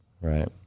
Right